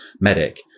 Medic